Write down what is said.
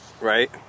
Right